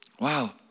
Wow